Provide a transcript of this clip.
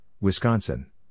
Wisconsin